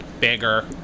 Bigger